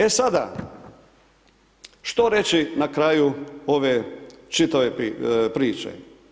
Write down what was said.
E sada, što reći na kraju ove čitave priče.